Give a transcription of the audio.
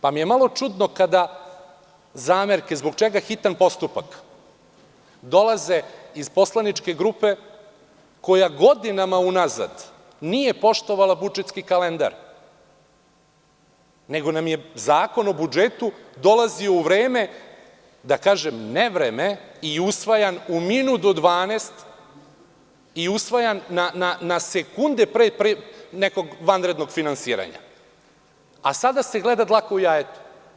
Malo mi je čudno kada zamerke – zbog čega hitan postupak – dolaze iz poslaničke grupe koja godinama unazad nije poštovala budžetski kalendar, nego nam je Zakon o budžetu dolazio u vreme, da kažem nevreme, i usvajan u minut do 12 i na sekunde pre nekog vanrednog finansiranja, a sada se gleda dlaka u jajetu.